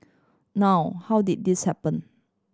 now how did this happen